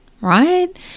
right